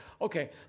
Okay